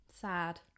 sad